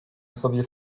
sobie